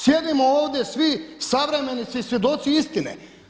Sjedimo ovdje svi savremenici i svjedoci istine.